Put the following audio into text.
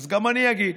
אז גם אני אגיד,